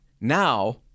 Now